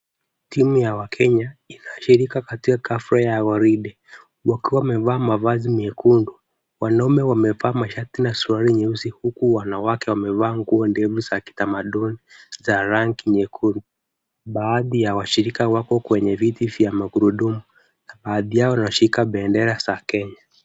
Timu ya wakenya, inashirika katika hafla ya gwaride, wakiwa wamevaa mavazi mekundu. Wanaume wamevaa mashati na suruali nyeusi, huku wanawake nguo ndefu za kitamaduni za rangi nyekundu. Baadhi ya washirika wapo kwenye viti vya magurudumu, na baadhi yao wanashika bendera za Kenya.